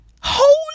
Holy